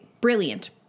brilliant